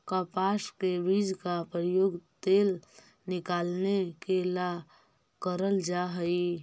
कपास के बीज का प्रयोग तेल निकालने के ला करल जा हई